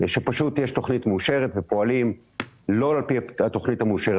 שפשוט יש תכנית מאושרת ופועלים לא על פי התכנית המאושרת.